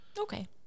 okay